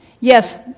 yes